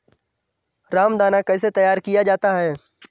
रामदाना कैसे तैयार किया जाता है?